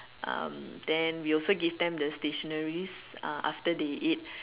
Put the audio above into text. um then we also gave them the stationery's ah after they eat